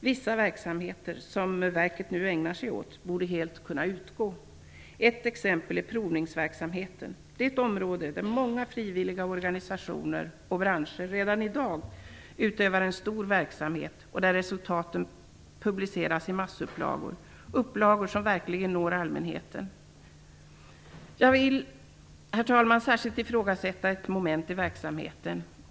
Vissa verksamheter som verket nu ägnar sig åt borde helt kunna utgå. Ett exempel är provningsverksamheten. Det är ett område där många branscher och frivilligorganisationer redan i dag utövar en stor verksamhet. Resultaten publiceras i massupplagor, upplagor som verkligen når allmänheten. Herr talman! Jag vill särskilt ifrågasätta ett moment i verksamheten.